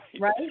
right